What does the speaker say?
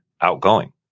outgoing